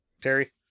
Terry